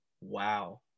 wow